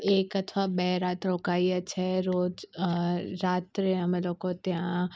એક અથવા બે રાત રોકાઈએ છીએ રોજ રાત્રે અમે લોકો ત્યાં